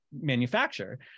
manufacture